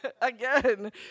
again